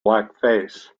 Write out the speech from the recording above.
blackface